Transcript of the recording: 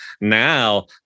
Now